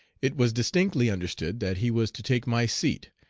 it was distinctly understood that he was to take my seat,